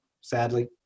sadly